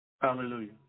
Hallelujah